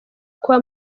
kwa